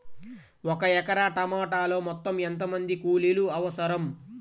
ఒక ఎకరా టమాటలో మొత్తం ఎంత మంది కూలీలు అవసరం?